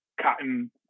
cotton